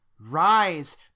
rise